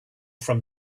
from